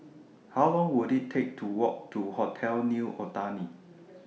How Long Would IT Take to Walk to Hotel New Otani